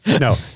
No